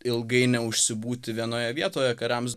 ilgai neužsibūti vienoje vietoje kariams